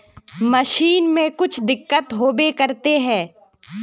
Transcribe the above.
Machine में कुछ दिक्कत होबे करते है?